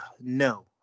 No